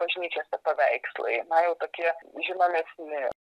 bažnyčiose paveikslai na jau tokie žinomesni